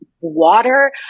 water